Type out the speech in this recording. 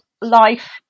life